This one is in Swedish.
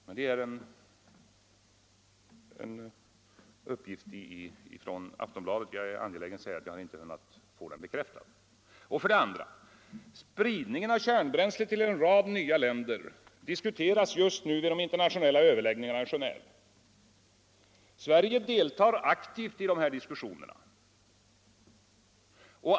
Men det gäller en uppgift från Aftonbladet, och jag är angelägen att säga att jag inte kunnat få den bekräftad. För det andra: spridningen av kärnbränsle till en rad nya länder diskuteras just nu vid de internationella överläggningarna i Genéve. Sverige deltar aktivt i dessa diskussioner.